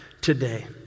today